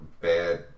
bad